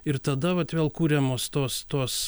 ir tada vėl kuriamos tos tos